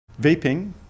Vaping